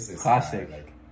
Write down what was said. classic